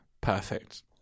Perfect